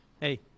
Hey